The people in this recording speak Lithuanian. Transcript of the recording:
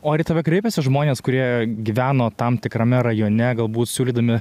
o ar į tave kreipiasi žmonės kurie gyveno tam tikrame rajone galbūt siūlydami